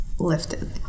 Lifted